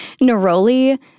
neroli